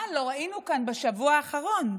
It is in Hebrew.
מה לא ראינו כאן בשבוע האחרון?